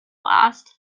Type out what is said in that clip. last